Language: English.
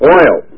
oil